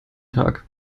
tag